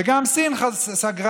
וגם סין סגרה,